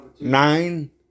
nine